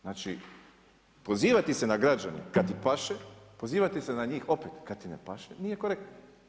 Znači pozivati se na građane kad ti paše, pozivati se na njih opet kad ti ne paše, nije korektno.